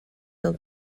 he’ll